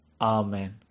Amen